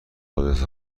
آدرس